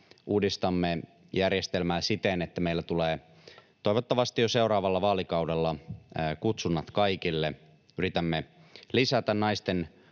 Uudistamme järjestelmää siten, että meillä tulee toivottavasti jo seuraavalla vaalikaudella kutsunnat kaikille. Yritämme lisätä naisten osuutta